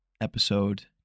episode